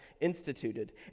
instituted